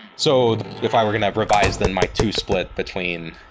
so if i were going to revise, then my two split between